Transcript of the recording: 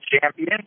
champion